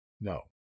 No